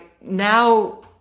now